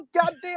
goddamn